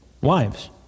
Wives